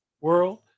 world